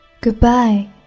Goodbye